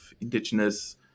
Indigenous